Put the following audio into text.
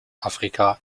afrika